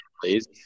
please